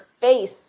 face